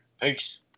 Peace